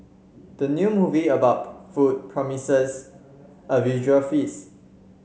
the new movie about food promises a visual feast